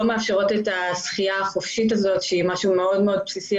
מאפשרות את השחייה החופשית שהיא משהו מאוד בסיסי,